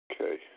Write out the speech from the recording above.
Okay